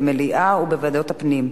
במליאה ובוועדת הפנים,